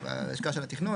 בהשקעה של התכנון.